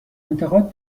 انتقاد